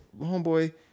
homeboy